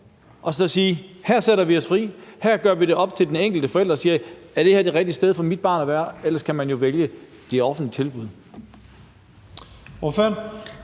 og sige, at her gør vi det frit, her gør vi det op til de enkelte forældre at sige: Er det her det rigtige sted for mit barn at være? Ellers kan man jo vælge de offentlige tilbud.